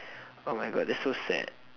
oh my god that's so sad